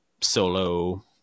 solo